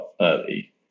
early